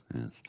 Yes